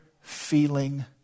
Feeling